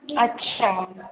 अच्छा